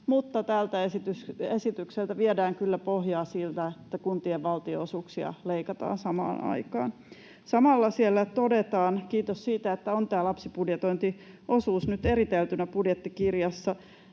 tältä esitykseltä viedään kyllä pohjaa sillä, että kuntien valtionosuuksia leikataan samaan aikaan. Samalla siellä todetaan — kiitos siitä, että on tämä lapsibudjetointiosuus nyt eriteltynä budjettikirjassa